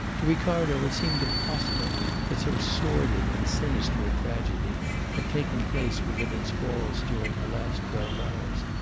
to ricardo it seemed impossible that so sordid and sinister a tragedy had taken place within its walls during the last twelve hours.